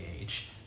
age